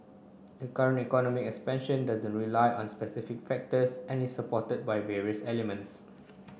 the current economy expansion doesn't rely on specific factors and is supported by various elements